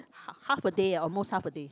ha~ half a day almost half a day